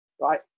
right